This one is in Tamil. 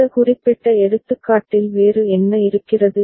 இந்த குறிப்பிட்ட எடுத்துக்காட்டில் வேறு என்ன இருக்கிறது